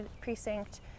precinct